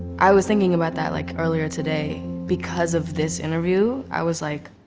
i was thinking about that like, earlier today. because of this interview, i was like.